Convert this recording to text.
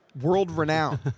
world-renowned